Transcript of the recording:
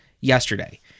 yesterday